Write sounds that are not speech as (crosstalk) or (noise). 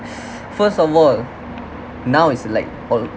(noise) first of all now it's like old